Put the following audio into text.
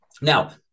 Now